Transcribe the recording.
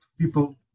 people